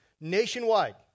nationwide